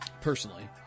Personally